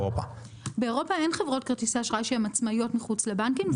באירופה אין חברות אשראי שהן עצמאיות מחוץ לבנקים.